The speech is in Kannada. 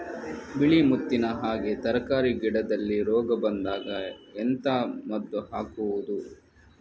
ಬಿಳಿ ಮುತ್ತಿನ ಹಾಗೆ ತರ್ಕಾರಿ ಗಿಡದಲ್ಲಿ ರೋಗ ಬಂದಾಗ ಎಂತ ಮದ್ದು ಹಾಕುವುದು?